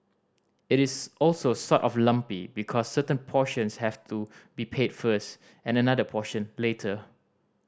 it is also sort of lumpy because certain portions have to be paid first and another portion later